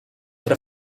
tre